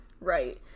right